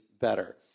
better